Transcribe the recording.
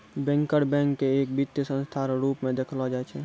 banker bank के एक वित्तीय संस्था रो रूप मे देखलो जाय छै